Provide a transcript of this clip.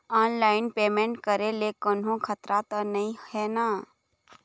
Online payment करे ले कोन्हो खतरा त नई हे न?